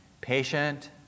patient